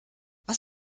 was